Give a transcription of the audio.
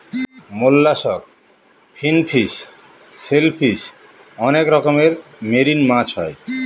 mollusc, finfish, shellfish অনেক রকমের marine মাছ হয়